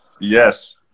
Yes